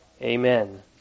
Amen